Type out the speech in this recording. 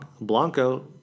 Blanco